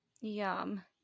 Yum